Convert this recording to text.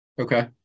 Okay